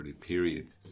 period